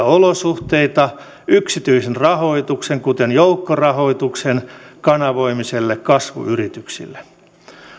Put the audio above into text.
olosuhteita yksityisen rahoituksen kuten joukkorahoituksen kanavoimiselle kasvuyrityksille